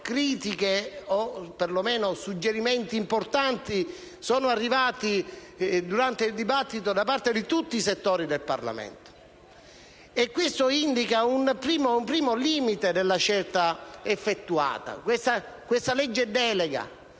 o, per lo meno, suggerimenti importanti, sono arrivati durante il dibattito da parte di tutti i settori del Parlamento. Questo indica un primo limite della scelta effettuata. Si è scelto